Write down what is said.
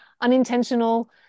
unintentional